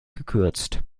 gekürzt